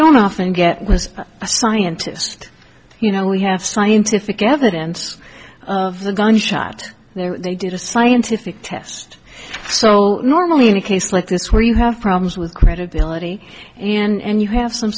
don't often get was a scientist you know we have scientific evidence of the gunshot there they did a scientific test so normally in a case like this where you have problems with credibility and you have some